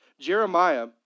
Jeremiah